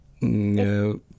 No